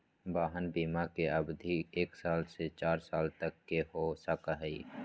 वाहन बिमा के अवधि एक साल से चार साल तक के हो सका हई